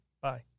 Bye